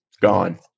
gone